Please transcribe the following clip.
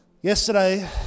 Yesterday